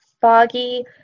Foggy